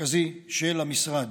ומרכזי של המשרד.